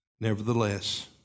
Nevertheless